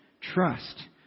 trust